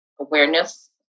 awareness